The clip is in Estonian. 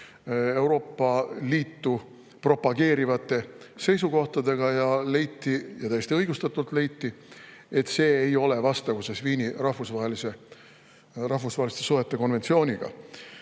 Euroopa Liitu propageerivate seisukohtadega. Leiti – ja täiesti õigustatult leiti –, et see ei ole vastavuses rahvusvaheliste suhete Viini konventsiooniga.